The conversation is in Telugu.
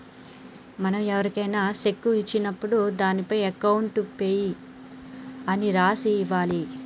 మనం ఎవరికైనా శెక్కు ఇచ్చినప్పుడు దానిపైన అకౌంట్ పేయీ అని రాసి ఇవ్వాలి